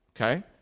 Okay